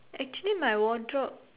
actually my wardrobe